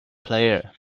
player